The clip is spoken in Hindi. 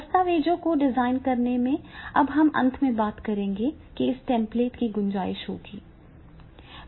दस्तावेजों को डिजाइन करने में अब हम अंत में इस बारे में बात करेंगे कि इस टेम्पलेट में गुंजाइश होगी